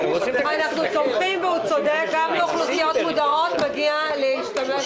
הוא צודק: גם לאוכלוסיות מודרות מגיע לקבל